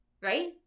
right